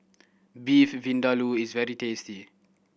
Beef Vindaloo is very tasty